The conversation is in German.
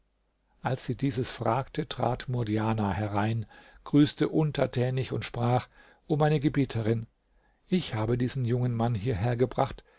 als sie dieses fragte trat murdjana herein grüßte untertänig und sprach o meine gebieterin ich habe diesen jungen mann hierhergebracht